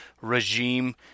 regime